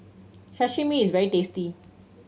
sashimi is very tasty